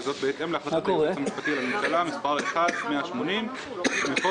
וזאת בהתאם להחלטת היועץ המשפטי לממשלה מספר 1180 מחודש